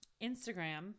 Instagram